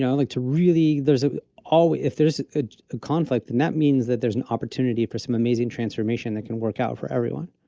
like to really there's always if there's a conflict, and that means that there's an opportunity for some amazing transformation that can work out for everyone.